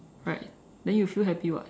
right then you feel happy [what]